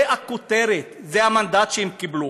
זו הכותרת, זה המנדט שהם קיבלו.